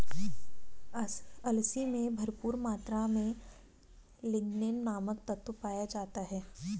अलसी में भरपूर मात्रा में लिगनेन नामक तत्व पाया जाता है